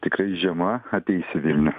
tikrai žiema ateis į vilnių